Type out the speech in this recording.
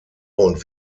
und